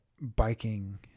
biking